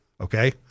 Okay